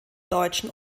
deutschen